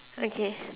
okay